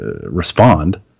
respond